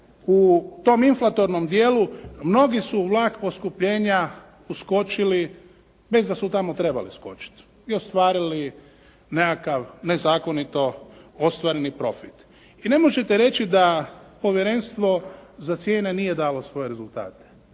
U tom inflatornom dijelu mnogi su vlak poskupljenja uskočili bez da su tamo trebali uskočiti i ostvarili nekakav nezakonito ostvareni profit. I ne možete reći da Povjerenstvo za cijene nije dalo svoje rezultate.